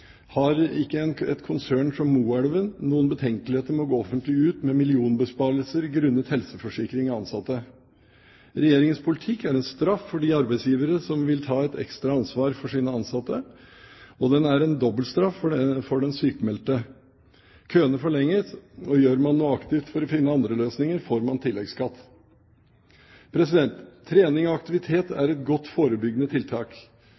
har ikke et konsern som Moelven noen betenkeligheter med å gå offentlig ut med millionbesparelser grunnet helseforsikring av ansatte. Regjeringens politikk er en straff for de arbeidsgivere som vil ta et ekstra ansvar for sine ansatte, og den er en dobbeltstraff for den sykmeldte. Køene forlenges, og gjør man noe aktivt for å finne andre løsninger, får man tilleggsskatt. Trening og aktivitet er et godt forebyggende tiltak.